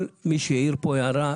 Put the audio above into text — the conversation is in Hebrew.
כל מי שהעיר פה הערה,